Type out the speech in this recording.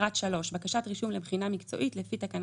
פרט 3 בקשת רישום לבחינה מקצועית לפי תקנה